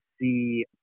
see